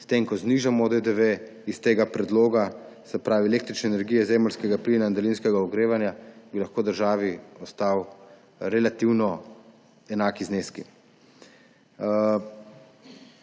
S tem, ko znižano DDV iz tega predloga, se pravi električne energije, zemeljskega plina in daljinskega ogrevanja, bi lahko državi ostali relativno enaki zneski.